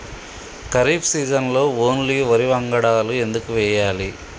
ఖరీఫ్ సీజన్లో ఓన్లీ వరి వంగడాలు ఎందుకు వేయాలి?